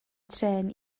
trên